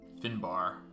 Finbar